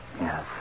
Yes